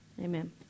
Amen